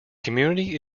community